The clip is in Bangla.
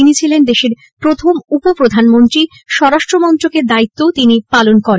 তিনি ছিলেন দেশের প্রথম উপ প্রধানমন্ত্রী স্বরাষ্ট্রমন্ত্রকের দায়িত্বও তিনি পালন করনে